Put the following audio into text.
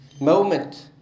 moment